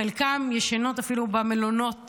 חלקן ישנות אפילו במלונות